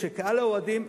קהל האוהדים,